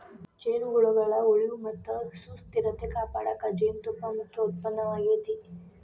ಜೇನುಹುಳಗಳ ಉಳಿವು ಮತ್ತ ಸುಸ್ಥಿರತೆ ಕಾಪಾಡಕ ಜೇನುತುಪ್ಪ ಮುಖ್ಯ ಉತ್ಪನ್ನವಾಗೇತಿ